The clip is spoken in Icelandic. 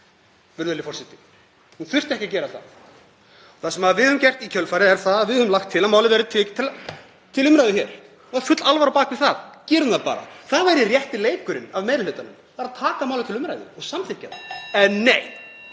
virðulegur forseti. Hún þurfti ekki að gera það. Það sem við höfum gert í kjölfarið er að við höfum lagt til að málið verði tekið til umræðu hér og það er full alvara á bak við það. Gerum það bara. Það væri rétti leikurinn af meiri hlutanum, að taka málið til umræðu og samþykkja það. En nei,